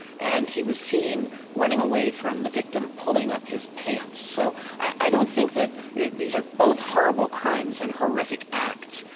and he was seen running away from the victim pulling up his pants. so i don't think that these are both horrible crimes and horrific acts,